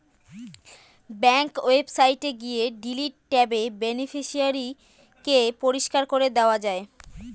bank ওয়েবসাইটে গিয়ে delete ট্যাবে বেনিফিশিয়ারি কে পরিষ্কার করে দেওয়া যায়